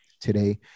today